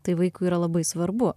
tai vaikui yra labai svarbu